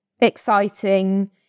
exciting